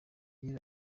ugira